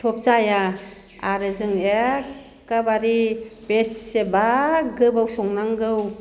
थब जाया आरो जों एखेबारे बेसेबा गोबाव संनांगौ